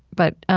but